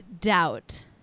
doubt